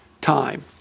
time